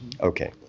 Okay